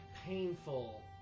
painful